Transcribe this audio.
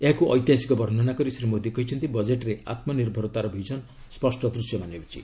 ଏହାକୁ ଐତିହାସିକ ବର୍ଷନା କରି ଶ୍ରୀ ମୋଦି କହିଛନ୍ତି ବଜେଟ୍ରେ ଆତ୍କନିର୍ଭରତାର ବିଜନ୍ ସ୍ୱଷ୍ଟ ଦୂଶ୍ୟମାନ ହେଉଛି